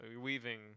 weaving